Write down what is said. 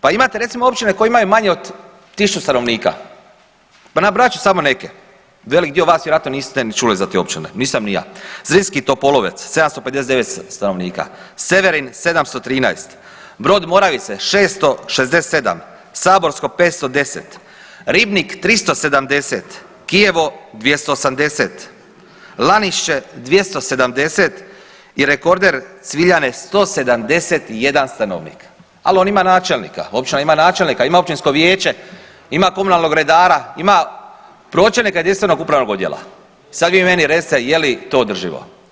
Pa imate recimo općine koje imaju manje od tisuću stanovnika, pa nabrojat ću samo neke, velik dio vas vjerojatno niste ni čuli za te općine, nisam ni ja, Zrinski Topolovac 759 stanovnika, Severin 713, Brod Moravice 667, Saborsko 510, Ribnik 370, Kijevo 280, Lanišće 270 i rekorder Cviljane 171 stanovnik, al on ima načelnika, općina ima načelnika, ima općinsko vijeće, ima komunalnog redara, ima pročelnika jedinstvenog upravnog odjela, sad vi meni recite je li to održivo?